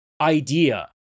idea